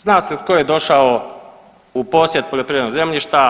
Zna se tko je došao u posjed poljoprivrednog zemljišta,